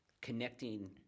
connecting